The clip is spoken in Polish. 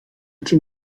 czym